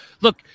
Look